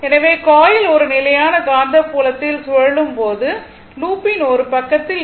எனவே காயில் ஒரு நிலையான காந்தப்புலத்தில் சுழலும் போது லூப்பின் ஒரு பக்கத்தில் ஈ